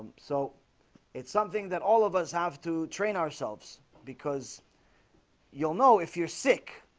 so it's something that all of us have to train ourselves because you'll know if you're sick